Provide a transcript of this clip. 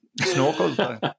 snorkel